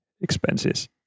expenses